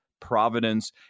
providence